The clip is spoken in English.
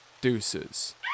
deuces